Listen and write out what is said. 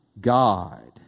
God